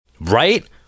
Right